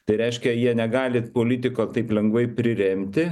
tai reiškia jie negali politiko taip lengvai priremti